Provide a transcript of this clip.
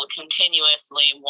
continuously